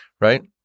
right